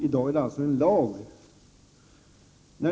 I dag har vi alltså en lag.